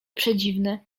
przedziwny